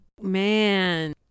Man